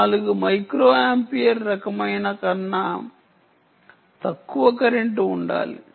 4 microampere రకమైన కన్నా తక్కువ కరెంటు ఉండాలి